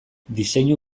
diseinu